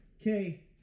Okay